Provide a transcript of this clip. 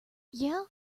yeah